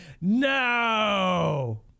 No